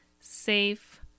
safe